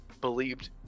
believed